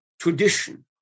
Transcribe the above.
tradition